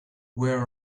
where